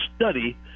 study